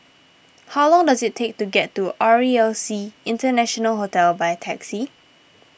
how long does it take to get to R E L C International Hotel by taxi